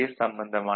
சம்பந்தமானது